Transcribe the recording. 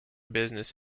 business